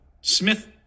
Smith